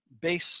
base